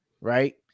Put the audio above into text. right